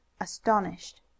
astonished